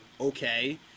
okay